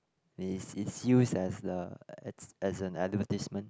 it's it's used as the as as an advertisement